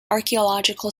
archaeological